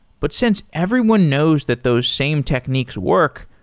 but since everyone knows that those same techniques work,